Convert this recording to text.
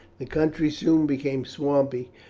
the country soon became swampy,